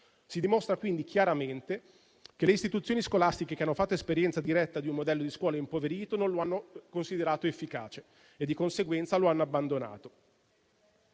Si dimostra quindi chiaramente che le istituzioni scolastiche che hanno fatto esperienza diretta di un modello di scuola impoverito non lo hanno considerato efficace e di conseguenza lo hanno abbandonato.